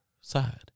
side